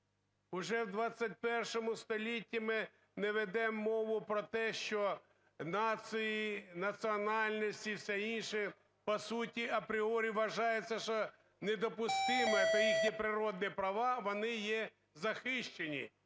Уже в ХХІ столітті ми не ведемо мову про те, що нації, національності і все інше, по суті, апріорі вважається, що недопустиме, то їхні природні права, вони є захищені.